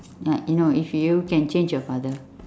like you know if you can change your father